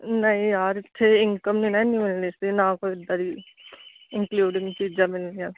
ਨਹੀਂ ਯਾਰ ਇੱਥੇ ਇਨਕਮ ਨਹੀਂ ਨਾ ਇੰਨੀ ਮਿਲਣੀ ਸੀ ਨਾ ਕੋਈ ਇੱਦਾਂ ਦੀ ਇੰਨਕਲਿਊਡਿੰਗ ਚੀਜ਼ਾਂ ਮਿਲਣੀਆਂ ਸੀ